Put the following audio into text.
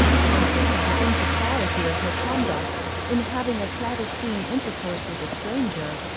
conscious of the impropriety of her conduct in having a clandestine intercourse with a stranger,